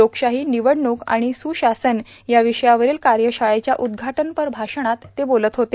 लोकशाहो निवडणूक आण सुशासन या विषयावरील कायशाळेच्या उद्घाटनपर भाषणात ते बोलत होते